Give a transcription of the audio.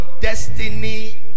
destiny